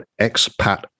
Expat